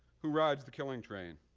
who rides the killing train?